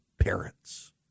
parents